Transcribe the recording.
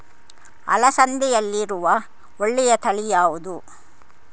ಅಲಸಂದೆಯಲ್ಲಿರುವ ಒಳ್ಳೆಯ ತಳಿ ಯಾವ್ದು?